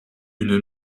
une